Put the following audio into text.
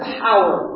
power